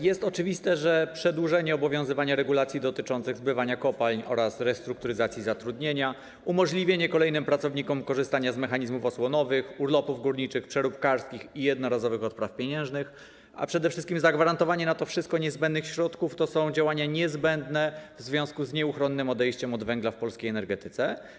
Jest oczywiste, że przedłużenie obowiązywania regulacji dotyczących zbywania kopalń oraz restrukturyzacji zatrudnienia, umożliwienie kolejnym pracownikom korzystania z mechanizmów osłonowych, urlopów górniczych, przeróbkarskich i jednorazowych odpraw pieniężnych, a przede wszystkim zagwarantowanie na to wszystko niezbędnych środków to są działania niezbędne w związku z nieuchronnym odejściem od węgla w polskiej energetyce.